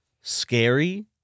scary